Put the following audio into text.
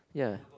ya